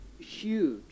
huge